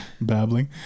babbling